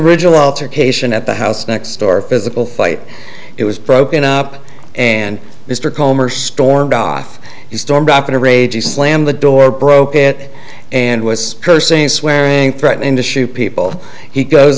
original altercation at the house next door physical fight it was broken up and mr komer stormed off he stormed off in a rage he slammed the door broke it and was cursing swearing threatening to shoot people he goes